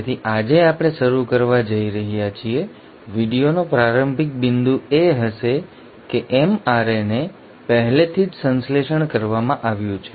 તેથી આજે આપણે શરૂ કરવા જઈ રહ્યા છીએ વિડિઓનો પ્રારંભિક બિંદુ એ હશે કે mRNA પહેલેથી જ સંશ્લેષણ કરવામાં આવ્યું છે